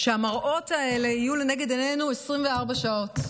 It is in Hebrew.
כדי שהמראות האלה יהיו לנגד עינינו 24 שעות.